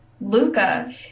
Luca